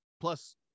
Plus